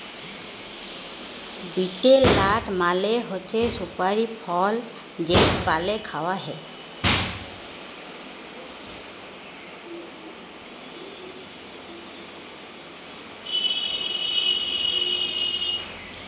betel nut মালে হছে সুপারি ফল যেট পালে খাউয়া হ্যয়